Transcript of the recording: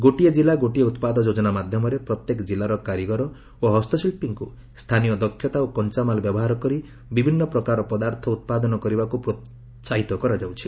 ଗୋଟିଏ କିଲ୍ଲା ଗୋଟିଏ ଉତ୍ପାଦ ଯୋଜନା ମାଧ୍ୟମରେ ପ୍ରତ୍ୟେକ ଜିଲ୍ଲାର କାରିଗର ଓ ହସ୍ତଶିଳ୍ପୀଙ୍କୁ ସ୍ଥାନୀୟ ଦକ୍ଷତା ଓ କଞ୍ଚାମାଲ୍ ବ୍ୟବହାର କରି ବିଭିନ୍ନ ପ୍ରକାର ପଦାର୍ଥ ଉତ୍ପାଦନ କରିବାକୁ ପ୍ରୋସ୍ଥାହିତ କରାଯାଉଛି